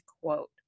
quote